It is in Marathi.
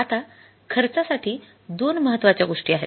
आता खर्चासाठी दोन महत्त्वाच्या गोष्टी आहेत